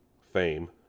fame